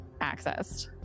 accessed